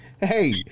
Hey